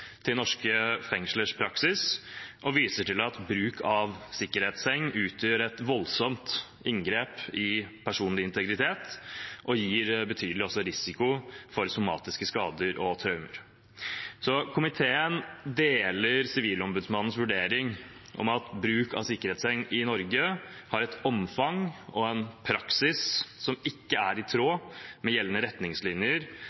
til norske fengslers praksis og viser til at bruk av sikkerhetsseng utgjør et voldsomt inngrep i personlig integritet og gir også betydelig risiko for somatiske skader og traumer. Komiteen deler Sivilombudsmannens vurdering om at bruk av sikkerhetsseng i Norge har et omfang og en praksis som ikke er i